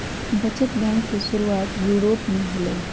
बचत बैंक के शुरुआत यूरोप में होलय